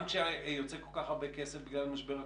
גם כשיוצא כל כך הרבה כסף בגלל משבר הקורונה,